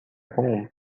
home